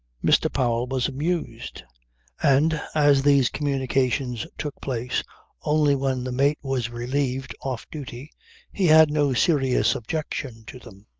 mr. powell was amused and as these communications took place only when the mate was relieved off duty he had no serious objection to them.